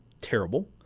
terrible